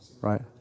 right